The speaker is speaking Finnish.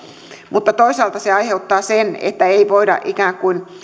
mutta toisaalta se aiheuttaa sen että ei voida